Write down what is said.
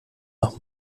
noch